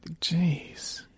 jeez